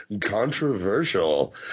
controversial